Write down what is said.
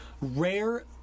rare